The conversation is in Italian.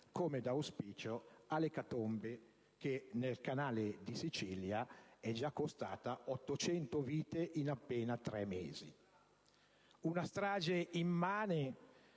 come da auspicio, all'ecatombe che nel Canale di Sicilia è già costata 800 vite in appena tre mesi. Una strage immane,